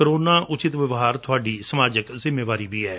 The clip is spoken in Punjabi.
ਕੋਰੋਨਾ ਉਚਿਤ ਵਿਵਹਾਰ ਤੁਹਾਡੀ ਸਮਾਜਿਕ ਜਿੰਮੇਵਾਰੀ ਵੀ ਐ